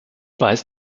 weiß